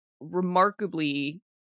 remarkably